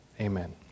amen